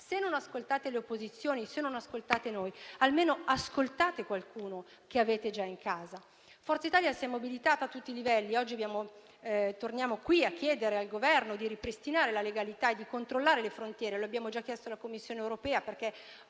Se non ascoltate le opposizioni, se non ascoltate noi, almeno ascoltate qualcuno che avete già in casa. Forza Italia si è mobilitata a tutti i livelli. Oggi torniamo qui a chiedere al Governo di ripristinare la legalità e di controllare le frontiere - lo abbiamo già chiesto alla Commissione europea)